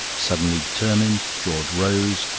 suddenly determined, george rose,